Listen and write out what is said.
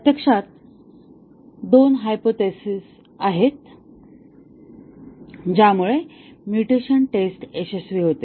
प्रत्यक्षात दोन हायपोथेसिस आहेत ज्यामुळे म्युटेशन टेस्ट यशस्वी होते